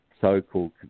so-called